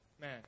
man